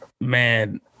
Man